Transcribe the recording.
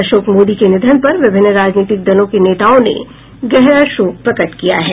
अशोक मोदी के निधन पर विभिन्न राजनीतिक दलों के नेताओं ने गहरा शोक प्रकट किया है